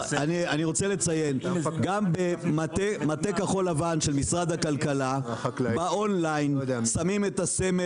גם במטה כחול לבן של משרד הכלכלה באונליין שמים את הסמל,